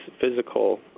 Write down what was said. physical